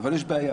אבל יש בעיה.